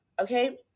Okay